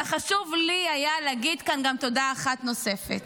אבל היה חשוב לי להגיד כאן גם תודה אחת נוספת: